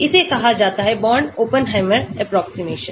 इसे कहा जाता हैबोर्न ओपेनहाइमर एप्रोक्सीमेशन